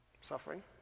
Suffering